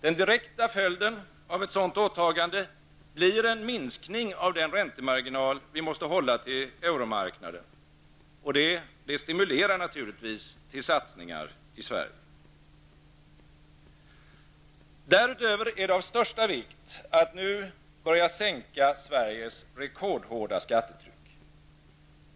Den direkta följden av ett sådant åtagande blir en minskning av den räntemarginal som vi måste ha i förhållande till euromarknaden, och det stimulerar naturligtvis till satsningar i Sverige. Därutöver är det av största vikt att nu börja sänka Sveriges rekordhårda skattetryck.